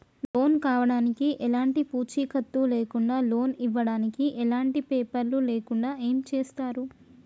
Loan కావడానికి ఎలాంటి పూచీకత్తు లేకుండా లోన్ ఇవ్వడానికి ఎలాంటి పేపర్లు లేకుండా ఏం చేస్తారు?